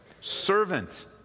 Servant